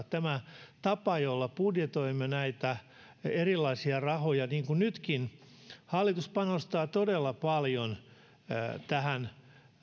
tämä tapa jolla budjetoimme näitä erilaisia rahoja niin kuin nytkin hallitus panostaa todella paljon tähän